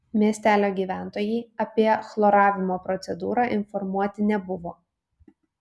miestelio gyventojai apie chloravimo procedūrą informuoti nebuvo